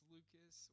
Lucas